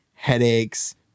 Headaches